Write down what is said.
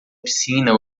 piscina